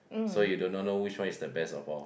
so you do not know which one is the best of all